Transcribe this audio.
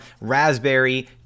raspberry